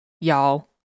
Y'all